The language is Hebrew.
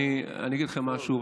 אגיד לכם משהו,